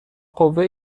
قوه